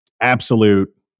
absolute